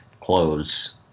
clothes